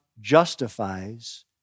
justifies